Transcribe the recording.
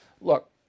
Look